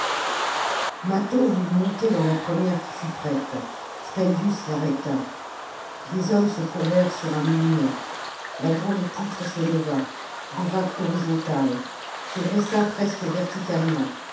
mâtho voulut monter dans la première qui fut prête spendius l'arrêta des hommes se courbèrent sur un mouhnet la grande poutre se leva devint horizontale se dressa presque verticalement